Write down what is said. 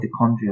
mitochondria